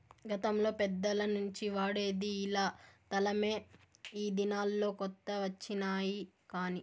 గతంలో పెద్దల నుంచి వాడేది ఇలా తలమే ఈ దినాల్లో కొత్త వచ్చినాయి కానీ